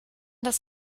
das